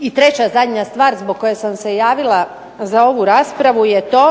I treća, zadnja stvar zbog koje sam se javila za ovu raspravu je to